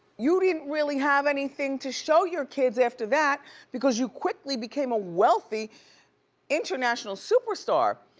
you didn't really have anything to show your kids after that because you quickly became a wealthy international superstar.